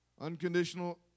Unconditional